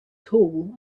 tall